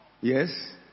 Yes